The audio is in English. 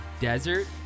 desert